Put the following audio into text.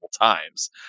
times